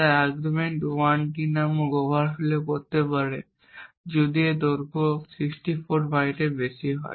তাই argument 1 d নামকে overflow করতে পারে যদি এর দৈর্ঘ্য 64 বাইটের বেশি হয়